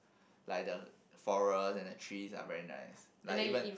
like the floral and the trees are very nice like even